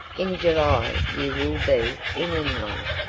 in july you will be in england.